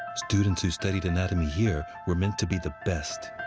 students who studied anatomy here were meant to be the best.